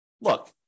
look